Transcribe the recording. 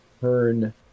turn